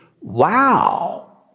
wow